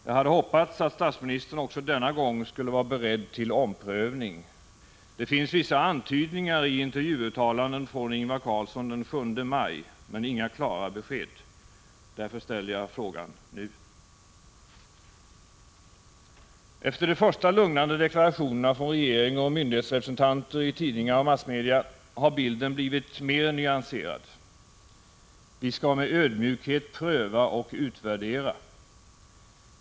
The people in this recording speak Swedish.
Jag hade hoppats på att statsministern också denna gång skulle vara beredd till omprövning. Det finns vissa antydningar i intervjuuttalanden från Ingvar Carlsson den 7 maj, men inga klara besked. Därför ställer jag frågan nu. Efter de första lugnande deklarationerna från regering och myndighetsrepresentanter i tidningar och massmedia har bilden blivit mer nyanserad. Vi skall med ödmjukhet pröva och utvärdera.